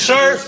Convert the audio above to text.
Sir